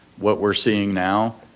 what we're seeing now,